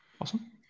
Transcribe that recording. awesome